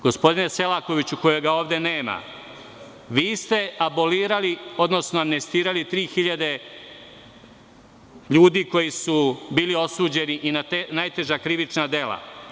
Gospodine Selakoviću, koga sada ovde nema, vi ste abolirali, odnosno amnestirali tri hiljade ljudi koji su bili osuđeni i na najteža krivična dela.